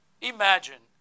imagine